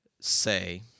say